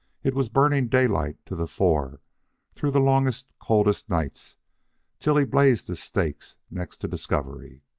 it was burning daylight to the fore through the longest, coldest nights till he blazed his stakes next to discovery.